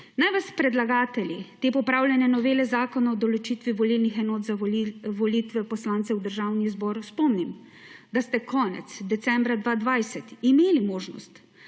Naj vas predlagatelji te popravljene novele Zakona o določitvi volilnih enot za volitve poslancev v Državni zbor spomnim, da ste konec decembra 2020 imeli možnost,